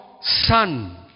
son